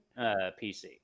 PC